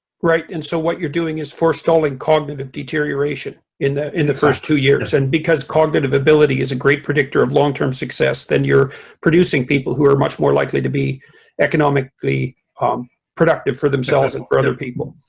right and so what you're doing is for stalling cognitive deterioration in in the first two years and because cognitive ability is a great predictor of long-term success then you're producing people who are much more likely to be economically productive for themselves and for other people,